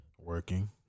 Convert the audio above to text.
Working